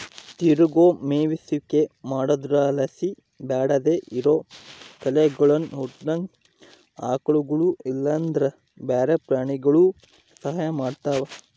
ತಿರುಗೋ ಮೇಯಿಸುವಿಕೆ ಮಾಡೊದ್ರುಲಾಸಿ ಬ್ಯಾಡದೇ ಇರೋ ಕಳೆಗುಳು ಹುಟ್ಟುದಂಗ ಆಕಳುಗುಳು ಇಲ್ಲಂದ್ರ ಬ್ಯಾರೆ ಪ್ರಾಣಿಗುಳು ಸಹಾಯ ಮಾಡ್ತವ